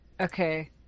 Okay